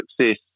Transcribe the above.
success